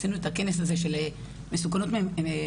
עשינו את הכנס הזה של מסוכנות מתמשכת,